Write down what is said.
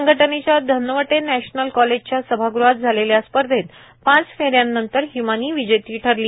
संघटनेच्या धनवटे नॅशनल कॉलेजच्या सभाग़हात झालेल्या स्पर्धेत पाच फेऱ्यानंतर हिमानी विजेती ठरली